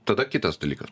tada kitas dalykas